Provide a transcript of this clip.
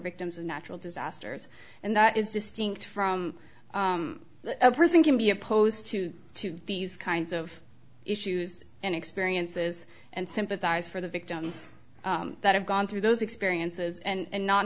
victims of natural disasters and that is distinct from a person can be opposed to to these kinds of issues and experiences and sympathize for the victims that have gone through those experiences and